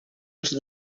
els